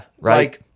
right